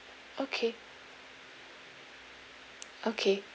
okay okay